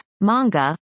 manga